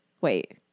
Wait